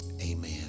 Amen